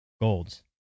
golds